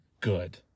good